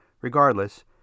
Regardless